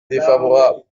défavorable